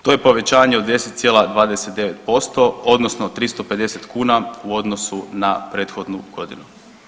To je povećanje od 10,29% odnosno 350 kuna u odnosu na prethodnu godinu.